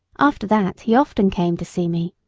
after that he often came to see me,